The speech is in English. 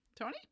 Tony